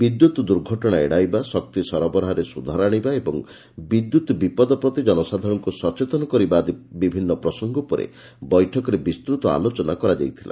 ବିଦ୍ୟୁତ୍ ଦୁର୍ଘଟଣା ଏଡ଼ାଇବା ଶକ୍ତି ସରବରାହରେ ସୁଧାର ଆଶିବା ଏବଂ ବିଦ୍ୟତ୍ ବିପଦ ପ୍ରତି ଜନସାଧାରଣଙ୍କୁ ସଚେତନ କରିବା ଆଦି ବିଭିନ୍ ପ୍ରସଙ୍ଙ ଉପରେ ବୈଠକରେ ବିସ୍ତତ ଆଲୋଚନା କରାଯାଇଛି